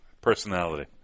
Personality